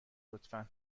لطفا